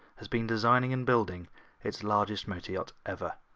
has been designing and building its largest motor yacht ever.